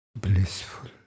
blissful